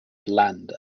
bland